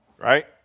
Right